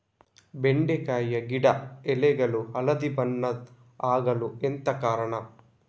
ಬೆಂಡೆಕಾಯಿ ಗಿಡ ಎಲೆಗಳು ಹಳದಿ ಬಣ್ಣದ ಆಗಲು ಎಂತ ಕಾರಣ?